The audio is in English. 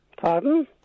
Pardon